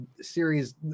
series